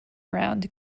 around